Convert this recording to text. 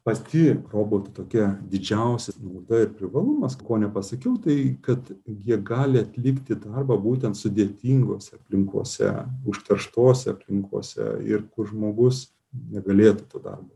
pati robotų tokia didžiausia nauda ir privalumas ko nepasakiau tai kad jie gali atlikti darbą būtent sudėtingose aplinkose užterštose aplinkose ir kur žmogus negalėtų to darbo